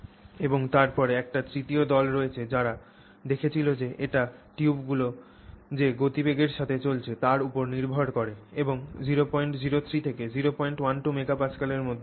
এবং তারপরে একটি তৃতীয় দল রয়েছে যারা দেখেছিল যে এটি টিউবগুলি যে গতিবেগের সাথে চলছে তার উপর নির্ভর করে এবং 003 থেকে 012 mega Pasca এর মধ্যে পেয়েছে